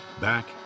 back